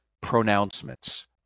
pronouncements